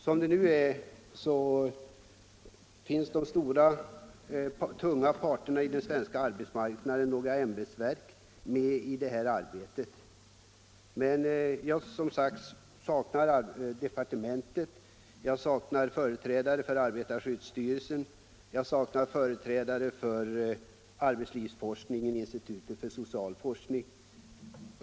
Som det nu är finns de stora, tunga parterna på den svenska arbetsmarknaden och några ämbetsverk med i det här arbetet. Men jag saknar som sagt departementet, jag saknar företrädare för arbetarskyddsstyrelsen, jag saknar företrädare för arbetslivsforskning och institutet för social forskning.